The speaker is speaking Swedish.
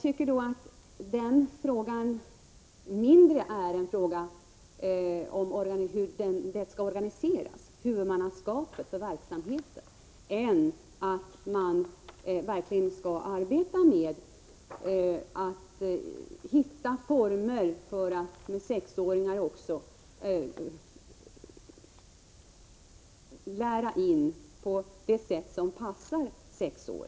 Men den frågan är mindre en fråga om hur det skall organiseras och om huvudmannaskapet för verksamheten än om att verkligen arbeta för att hitta former för att låta sexåringar skaffa sig kunskper på ett sätt som passar sexåringar.